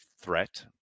threat